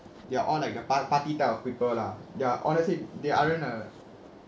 they're all like a par~ party type of people lah ya honestly they aren't a